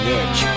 edge